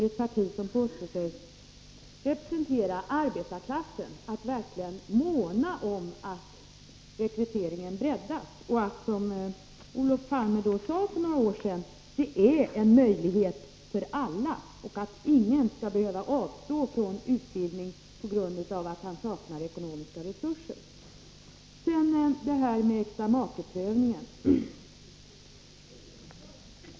Ett parti som påstår sig representera arbetarklassen borde verkligen måna om att rekryteringen breddas och se till att det, som Olof Palme för några år sedan uttryckte det, är en möjlighet för alla, alltså att ingen skall behöva avstå från utbildning på grund av att han saknar ekonomiska resurser. Så till äktamakeprövningen!